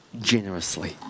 generously